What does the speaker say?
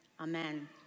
Amen